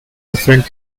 different